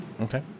Okay